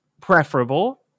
preferable